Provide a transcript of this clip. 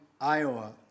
Iowa